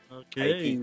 okay